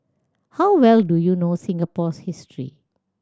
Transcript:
how well do you know Singapore's history